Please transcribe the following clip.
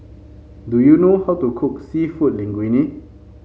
do you know how to cook seafood Linguine